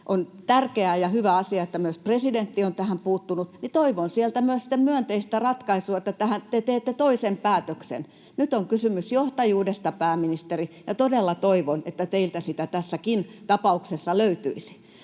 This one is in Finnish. on tärkeä ja hyvä asia, että myös presidentti on tähän puuttunut — niin toivon sieltä myös sitten myönteistä ratkaisua, että te teette toisen päätöksen. Nyt on kysymys johtajuudesta, pääministeri, ja todella toivon, että teiltä sitä tässäkin tapauksessa löytyisi.